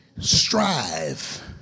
strive